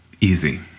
easy